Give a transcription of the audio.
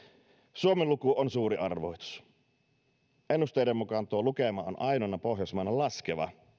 suomen luku on suuri arvoitus ennusteiden mukaan tuo lukema on ainoana pohjoismaana laskeva